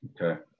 Okay